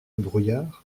brouillard